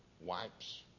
wipes